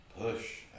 push